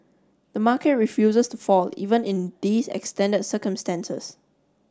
the market refuses to fall even in these extended circumstances